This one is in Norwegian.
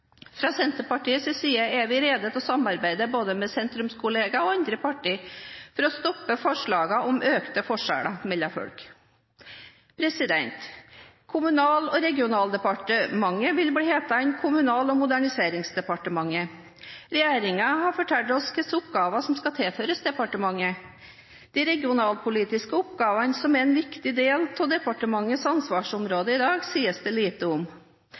side er vi rede til å samarbeide både med sentrumskolleger og andre partier for å stoppe forslagene om økte forskjeller mellom folk. Kommunal- og regionaldepartementet vil bli hetende Kommunal- og moderniseringsdepartementet. Regjeringen har fortalt oss hvilke oppgaver som skal tilføres departementet. De regionalpolitiske oppgavene som er en viktig del av departementets ansvarsområde i dag, sies det lite om.